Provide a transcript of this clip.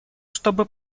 чтобы